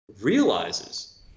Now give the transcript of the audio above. realizes